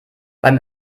beim